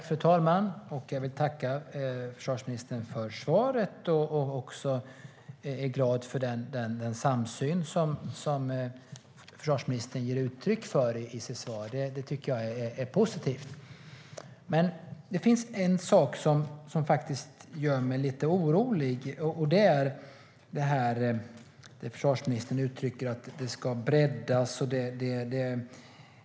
Fru talman! Jag vill tacka försvarsministern för svaret, och jag är glad för den samsyn som försvarsministern ger uttryck för i sitt svar. Det tycker jag är positivt. Men det finns en sak som faktiskt gör mig lite orolig, och det är det försvarsministern uttrycker om att det här ska breddas.